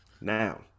Now